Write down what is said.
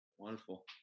Wonderful